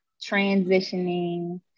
transitioning